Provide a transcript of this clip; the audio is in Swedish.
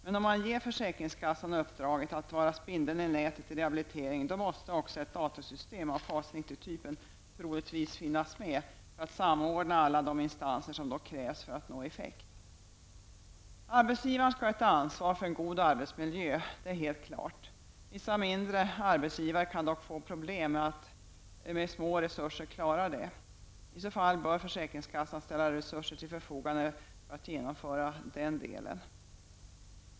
Men om man ger försäkringskassan uppdraget att vara spindeln i nätet i rehabiliteringen måste ett datasystem av FAS 90-typen troligtvis också finnas med för att samordna alla de instanser som då krävs för att nå effekt. Arbetsgivaren skall ha ett ansvar för en god arbetsmiljö det är helt klart. Vissa mindre arbetsgivare kan dock få problem att med små resurser klara detta. I så fall bör försäkringskassan ställa resurser till förfogande för att genomföra den delen.